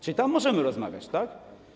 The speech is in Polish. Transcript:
Czyli tam możemy rozmawiać, tak?